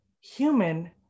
human